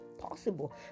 possible